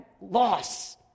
loss